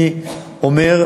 אני אומר,